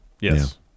Yes